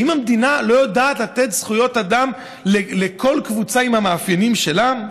האם המדינה לא יודעת לתת זכויות אדם לכל קבוצה עם המאפיינים שלה?